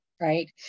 right